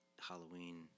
Halloween